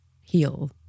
heal